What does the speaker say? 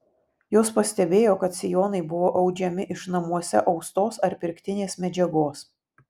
jos pastebėjo kad sijonai buvo audžiami iš namuose austos ar pirktinės medžiagos